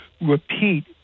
repeat